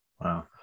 wow